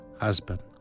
husband